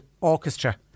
Orchestra